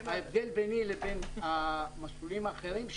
ההבדל ביני לבין המסלולים האחרים הוא